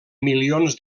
milions